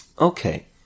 Okay